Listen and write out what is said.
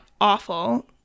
awful